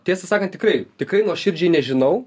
tiesą sakan tikrai tikrai nuoširdžiai nežinau